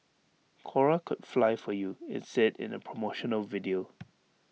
cora could fly for you IT said in A promotional video